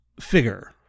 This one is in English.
figure